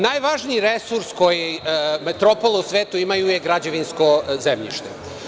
Najvažniji resurs koji metropole u svetu imaju je građevinsko zemljište.